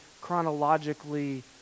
chronologically